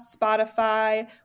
Spotify